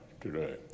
today